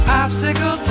Popsicle